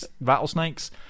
rattlesnakes